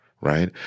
right